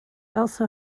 also